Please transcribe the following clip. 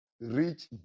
rich